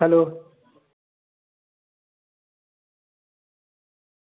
hello